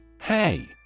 Hey